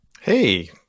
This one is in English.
Hey